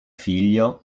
figlio